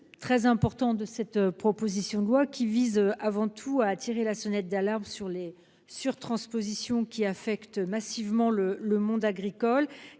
très important, qui vise avant tout à tirer la sonnette d'alarme sur les surtranspositions qui affectent massivement le monde agricole